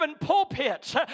pulpits